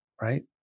right